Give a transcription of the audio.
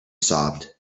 sobbed